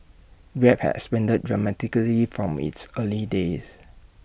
grab has expanded dramatically from its early days